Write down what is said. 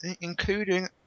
including